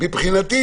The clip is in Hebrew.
מי בעד?